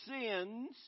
sins